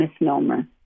misnomer